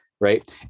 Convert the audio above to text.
right